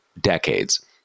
decades